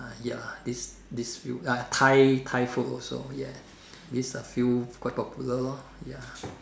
ya these these few ya Thai Thai food also ya these are few quite popular lor ya